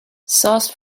sauce